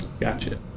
Gotcha